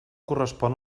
correspon